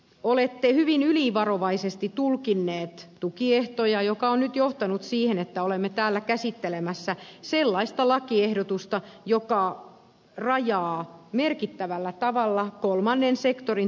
olette hyvin ylivarovaisesti tulkinneet tukiehtoja mikä on nyt johtanut siihen että olemme täällä käsittelemässä sellaista lakiehdotusta joka rajaa merkittävällä tavalla kolmannen sektorin työllisyysmahdolli suuksia